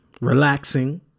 Relaxing